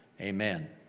Amen